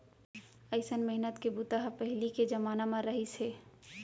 अइसन मेहनत के बूता ह पहिली के जमाना म रहिस हे